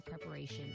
preparation